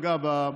אגב,